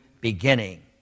beginning